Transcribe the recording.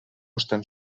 estan